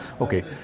okay